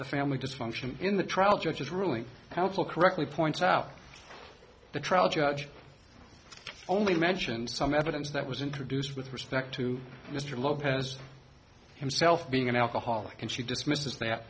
the family dysfunction in the trial judge's ruling council correctly points out the trial judge only mentioned some evidence that was introduced with respect to mr lopez himself being an alcoholic and she dismisse